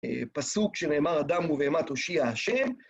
פסוק שנאמר אדם ובהמה תושיע ה'